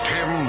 Tim